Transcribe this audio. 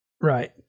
Right